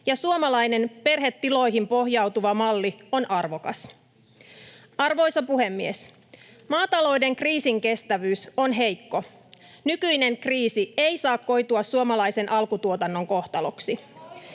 ja suomalainen perhetiloihin pohjautuva malli on arvokas. Arvoisa puhemies! Maatalouden kriisinkestävyys on heikko. Nykyinen kriisi ei saa koitua suomalaisen alkutuotannon kohtaloksi.